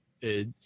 it-